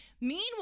Meanwhile